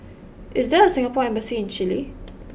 is there a Singapore embassy in Chile